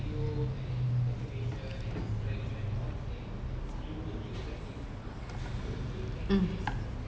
mm